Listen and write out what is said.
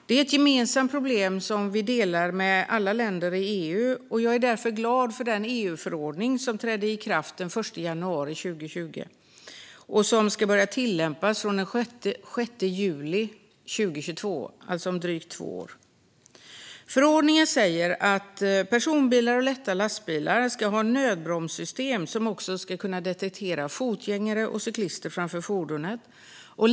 Det är ett problem som vi delar med alla länder i EU. Jag är därför glad över den EU-förordning som trädde i kraft den 1 januari 2020 och som ska börja tillämpas den 6 juli 2022, alltså om drygt två år. Enligt förordningen ska personbilar och lätta lastbilar ha nödbromssystem som också ska kunna detektera fotgängare och cyklister framför fordonet.